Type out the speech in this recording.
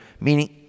meaning